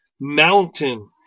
mountain